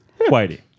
Whitey